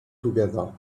together